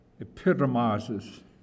epitomizes